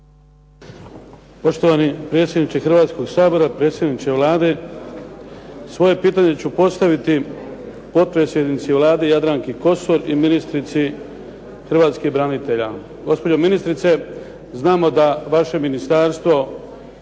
Poštovani predsjedniče Hrvatskoga sabora, predsjedniče Vlade. Svoje pitanje ću postaviti potpredsjednici Vlade Jadranki Kosor i ministrici hrvatskih branitelja. Gospođo ministrice, znamo da vaše ministarstvo